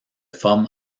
forme